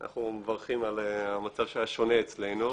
אנחנו מברכים על המצב השונה אצלנו,